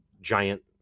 giant